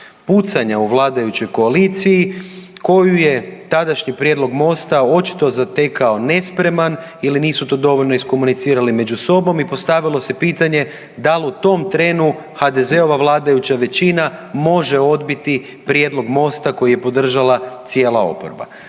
pucanja u vladajućoj koaliciji koju je tadašnji prijedlog MOST-a očito zatekao nespreman ili nisu to dovoljno iskomunicirali među sobom. I postavilo se pitanje da li u tom trenu HDZ-ova vladajuća većina može odbiti prijedlog MOST-a koji je podržala cijela oporba.